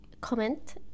comment